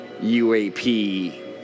UAP